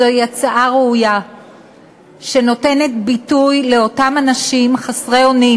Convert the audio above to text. זוהי הצעה ראויה שנותנת ביטוי לאותם אנשים חסרי אונים